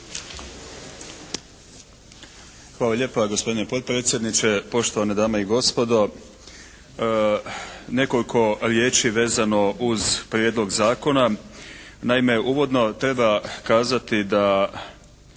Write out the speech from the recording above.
Hvala lijepa gospodine potpredsjedniče. Poštovane dame i gospodo. Nekoliko riječi vezano uz Prijedlog zakona. Naime uvodno treba kazati da